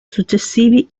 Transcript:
successivi